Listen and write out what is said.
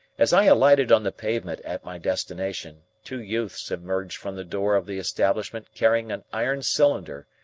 as i alighted on the pavement at my destination, two youths emerged from the door of the establishment carrying an iron cylinder,